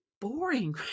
boring